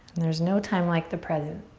there's no time like the present.